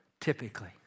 typically